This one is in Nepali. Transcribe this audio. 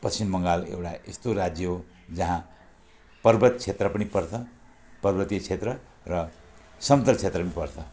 पश्चिम बङ्गाल एउटा यस्तो राज्य हो जहाँ पर्वत क्षेत्र पनि पर्छन् पर्वतीय क्षेत्र र समतल क्षेत्र पनि पर्छ